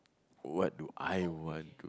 what do I want to